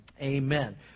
Amen